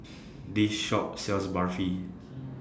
This Shop sells Barfi